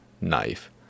knife